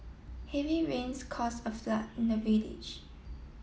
heavy rains cause a flood in the village